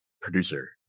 producer